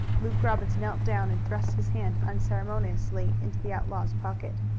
luke robbins knelt down and thrust his hand unceremoniously into the outlaw's pocket.